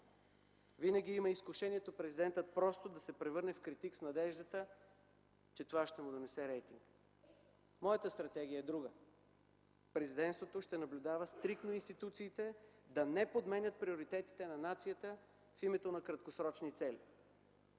Винаги има изкушението президентът просто да се превърне в критик с надеждата, че това ще му донесе рейтинг. Моята стратегия е друга: Президентството ще наблюдава стриктно институциите да не подменят приоритетите на нацията в името на краткосрочни цели.